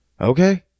okay